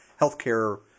healthcare